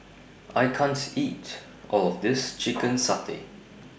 I can't eat All of This Chicken Satay